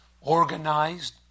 organized